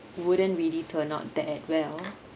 wouldn't really turn out that well